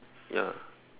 ya